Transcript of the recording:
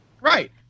Right